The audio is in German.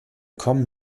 kommen